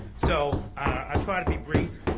so i'll try to be brief.